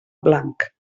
blanc